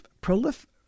prolific